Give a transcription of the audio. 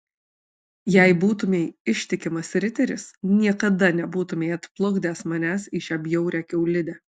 jei būtumei ištikimas riteris niekada nebūtumei atplukdęs manęs į šią bjaurią kiaulidę